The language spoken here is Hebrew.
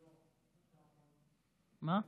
מה?